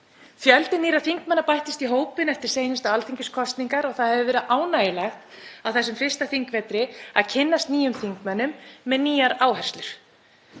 Fjöldi nýrra þingmanna bættist í hópinn eftir seinustu alþingiskosningar og það hefur verið ánægjulegt á þessum fyrsta þingvetri að kynnast nýjum þingmönnum með nýjar áherslur.